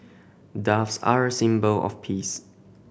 doves are a symbol of peace